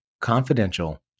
confidential